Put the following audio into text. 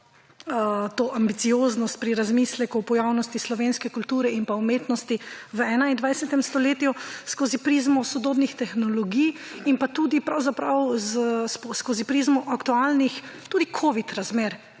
ambicioznost pri razmisleku po javnosti slovenske kulture in pa umetnosti v 21. stoletju skozi prizmo sodobnih tehnologij in pa tudi pravzaprav skozi prizmo aktualnih tudi covid razmer